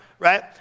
Right